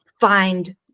find